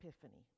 Epiphany